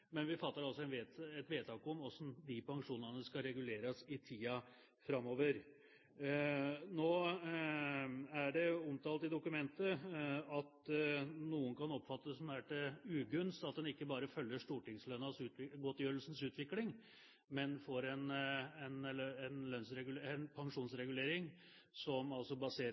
men vi fatter et vedtak om hvordan pensjonene skal reguleres i tiden framover. Det er omtalt i dokumentet at noen kan oppfatte det som om det er til ugunst at en ikke bare følger stortingsgodtgjørelsens utvikling, men får en pensjonsregulering som altså